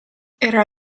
era